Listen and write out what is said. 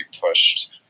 pushed